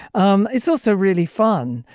um it's also really fun.